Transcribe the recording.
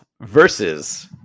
versus